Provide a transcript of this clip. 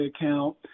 account